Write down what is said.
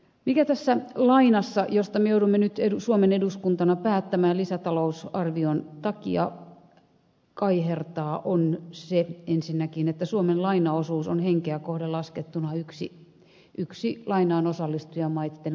mikä tässä lainassa josta me joudumme nyt suomen eduskuntana päättämään lisätalousarvion muodossa kaihertaa on se ensinnäkin että suomen lainaosuus on henkeä kohden laskettuna yksi lainaanosallistujamaitten korkeimmista